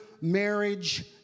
marriage